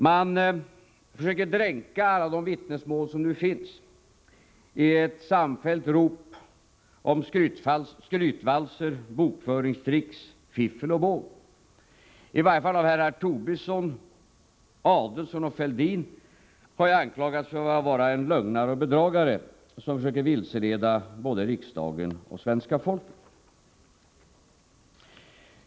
De försöker dränka alla de vittnesmål som nu finns i ett samfällt rop om skrytvalser, bokföringstrick, fiffel och båg. I varje fall av herrar Tobisson, Adelsohn och Fälldin har jag anklagats för att vara en lögnare och bedragare som försöker vilseleda både riksdagen och svenska folket.